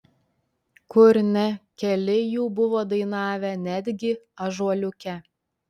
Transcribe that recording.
kur ne keli jų buvo dainavę netgi ąžuoliuke